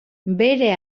bere